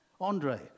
Andre